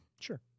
sure